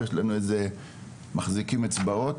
מחזיקים אצבעות,